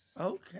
Okay